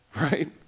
right